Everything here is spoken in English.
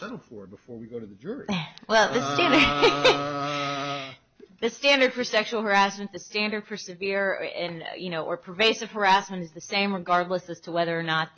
same for before we go to the jury well this standard for sexual harassment the standard persevere and you know or pervasive harassment is the same regardless as to whether or not